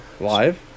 Live